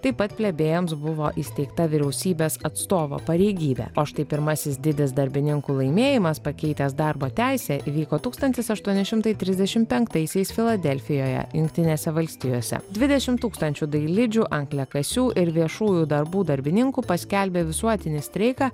taip pat plebėjams buvo įsteigta vyriausybės atstovo pareigybė o štai pirmasis didis darbininkų laimėjimas pakeitęs darbo teisę įvyko tūkstantis aštuoni šimtai trisdešim penktaisiais filadelfijoje jungtinėse valstijose dvidešim tūkstančių dailidžių angliakasių ir viešųjų darbų darbininkų paskelbė visuotinį streiką